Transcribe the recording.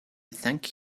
thank